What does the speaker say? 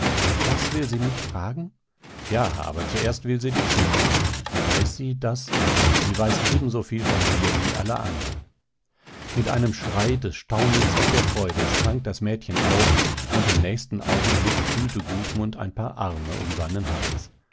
das will sie mich fragen ja aber zuerst will sie dich sehen weiß sie daß sie weiß ebensoviel von dir wie alle andern mit einem schrei des staunens und der freude sprang das mädchen auf und im nächsten augenblick fühlte gudmund ein paar arme um seinen hals